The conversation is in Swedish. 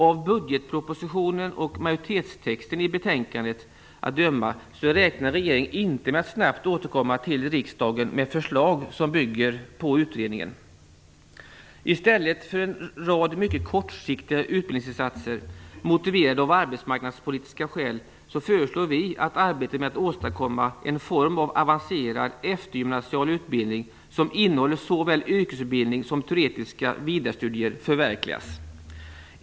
Av budgetpropositionen och majoritetstexten i betänkandet att döma räknar regeringen inte med att snabbt återkomma till riksdagen med förslag som bygger på utredningen. I stället för en rad mycket kortsiktiga utbildningsinsatser motiverade av arbetsmarknadspolitiska skäl föreslår vi att arbetet med att åstadkomma en form av avancerad eftergymnasial utbildning som innehåller såväl yrkesutbildning som teoretiska vidarestudier förverkligas.